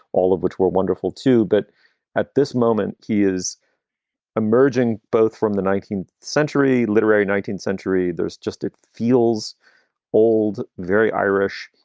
all of which were wonderful too but at this moment, he is emerging both from the nineteenth century literary nineteenth century. there's just it feels old, very irish.